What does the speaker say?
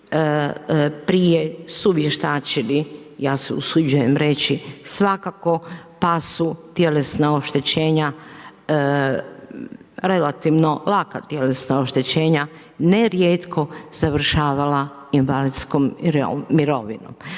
prije su vještačili, ja se usuđujem reći svakako pa su tjelesna oštećenja relativno laka tjelesna oštećenja nerijetko završavala invalidskom mirovinom.